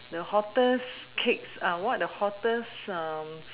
the hottest cakes what are the hottest